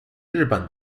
日本